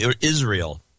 Israel